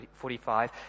45